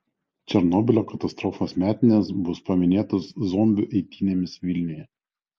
černobylio katastrofos metinės bus paminėtos zombių eitynėmis vilniuje